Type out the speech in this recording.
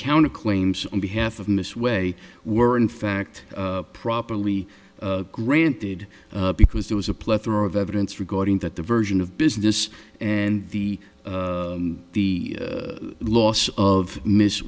counter claims on behalf of miss way were in fact properly granted because there was a plethora of evidence regarding that the version of business and the the loss of miss